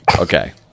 Okay